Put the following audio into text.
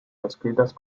descritas